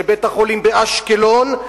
ובית-החולים באשקלון,